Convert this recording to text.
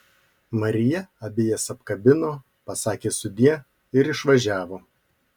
marija abi jas apkabino pasakė sudie ir išvažiavo